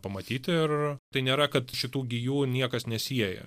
pamatyti ir tai nėra kad šitų gijų niekas nesieja